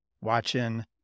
watching